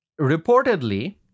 Reportedly